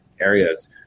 areas